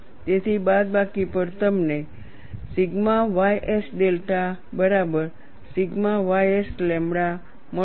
તેથી બાદબાકી પર તમને sigma ys ડેલ્ટા બરાબર સિગ્મા ys લેમ્બડા મળશે